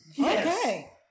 Okay